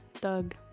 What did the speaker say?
doug